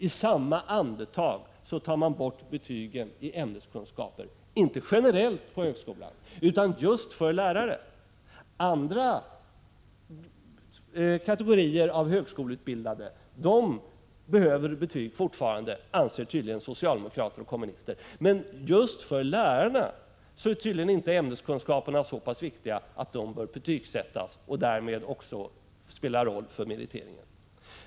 I samma andetag tar man bort betygen i ämneskunskap, inte generellt på högskolan utan just för lärare. Socialdemokrater och kommunister anser tydligen att andra kategorier av högskoleutbildade fortfarande behöver betyg, men just för lärarna är ämneskunskaperna inte så pass viktiga att de bör betygsättas och därmed spela en roll för meriteringen.